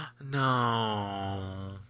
no